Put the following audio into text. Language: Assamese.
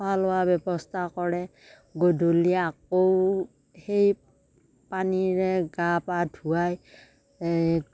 খোৱা লোৱা বাবে ব্যৱস্থা কৰে গধূলি আকৌ সেই পানীৰে গা পা ধোৱাই